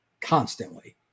constantly